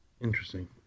Interesting